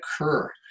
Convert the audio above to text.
occur